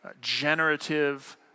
generative